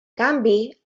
canvi